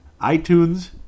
iTunes